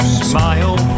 smile